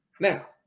Now